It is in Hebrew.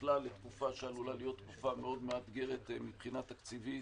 בכלל לתקופה שעלולה להיות תקופה מאוד מאתגרת מבחינה תקציבית.